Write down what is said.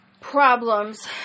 problems